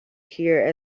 here